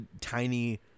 tiny